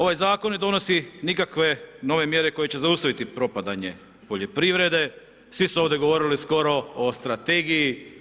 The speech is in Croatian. Ovaj zakon ne donosi nikakve nove mjere koje će zaustaviti propadanje poljoprivrede, svi su ovdje govorili skoro o strategiji.